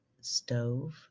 stove